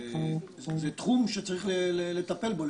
זה תחום שצריך לטפל בו,